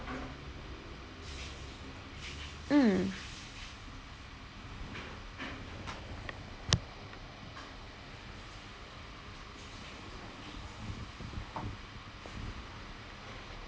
mm